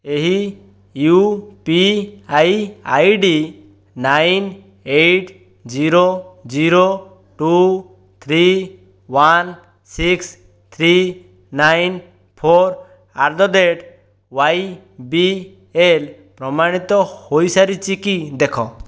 ଏହି U P I I D ନଅ eight zero zero two three one six three nine four at the rate Y B L ପ୍ରମାଣିତ ହୋଇସାରିଛି କି ଦେଖ